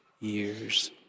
years